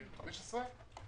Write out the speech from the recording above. ותיכף אסביר למה הוא נועד.